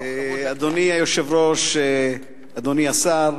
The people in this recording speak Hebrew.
אדוני היושב-ראש, אדוני השר,